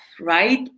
right